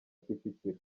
kicukiro